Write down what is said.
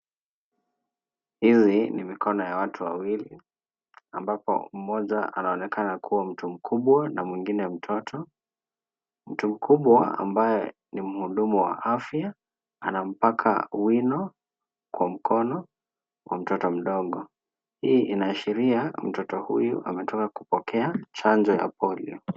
Hizi ni mikono ya watu wawili ambapo mmoja anaonekana kuwa mtu mkubwa na mwengine mtoto. Mtu mkubwa ambaye ni muhudumu wa afya, anapaka wino kwa mkono wa mtoto mdogo. Hii inaashiria mtoto huyu ametoka kupokea chanjo ya polio .